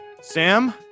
Sam